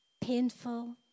Painful